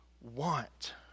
want